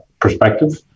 perspective